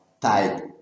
type